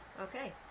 Okay